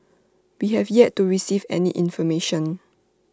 we have yet to receive any information